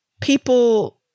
people